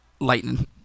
Lightning